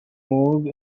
moog